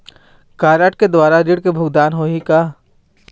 Card के द्वारा ऋण के भुगतान होही का?